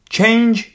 Change